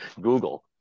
Google